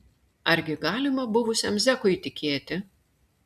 argi galima buvusiam zekui tikėti